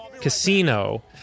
casino